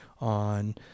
on